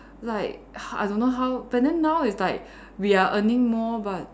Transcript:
like h~ I don't how but then now it's like we are earning more but